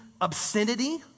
obscenity